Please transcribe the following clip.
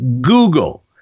Google